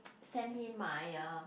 send him my uh